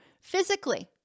physically